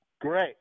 Great